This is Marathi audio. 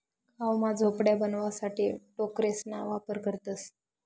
गाव मा झोपड्या बनवाणासाठे टोकरेसना वापर करतसं